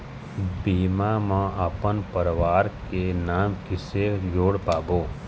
बीमा म अपन परवार के नाम किसे जोड़ पाबो?